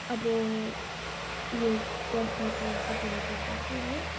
अब यो प्रश्नको एन्सर दिनु पर्दा चाहिँ है